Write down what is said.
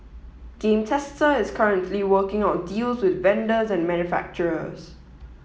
game Tester is currently working on deals with vendors and manufacturers